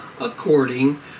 according